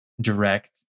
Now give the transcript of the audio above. direct